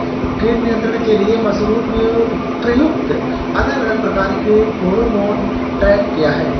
कीट नियंत्रण के लिए मसूर में प्रयुक्त अलग अलग प्रकार के फेरोमोन ट्रैप क्या है?